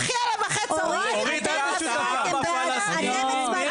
תסתמכי עליו אחר הצוהריים כדי להעביר חוקים במליאה.